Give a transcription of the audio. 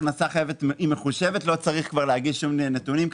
ההכנסה החייבת מחושבת; לא צריך כבר להגיש שום נתונים,